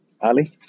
Ali